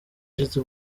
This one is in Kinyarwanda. ishize